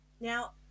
Now